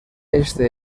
este